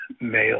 male